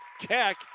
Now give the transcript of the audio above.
Keck